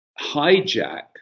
hijack